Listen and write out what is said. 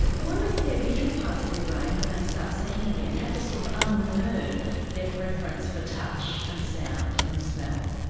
i wonder if their visual parts of their brain, when they start seeing again, have to sort of unlearn their preference for touch and sound and smell.